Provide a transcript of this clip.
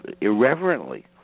irreverently